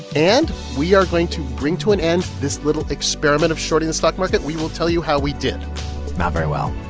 and we are going to bring to an end this little experiment of shorting the stock market. we will tell you how we did not very well